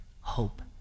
hope